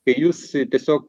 kai jūs tiesiog